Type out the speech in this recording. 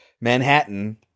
Manhattan